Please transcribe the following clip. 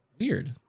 Weird